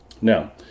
now